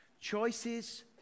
Choices